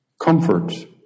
Comfort